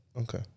Okay